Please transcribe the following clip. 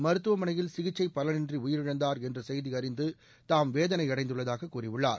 மருத்துவமனையில் சிகிச்சை பலனின்றி உயிரிழந்தார் என்ற செய்தி அறிந்து தாம் வேதனை அடைந்துள்ளதாக கூறியுள்ளார்